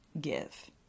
give